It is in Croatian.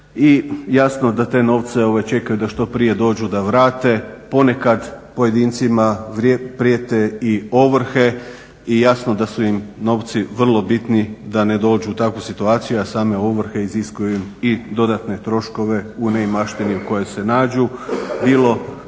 i jasno da te novce da čekaju da što prije dođu da vrate. Ponekad pojedincima prijete i ovrhe i jasno da su im novci vrlo bitni da ne dođu u takvu situaciju, a same ovrhe iziskuju i dodatne troškove u neimaštini u kojoj se nađu,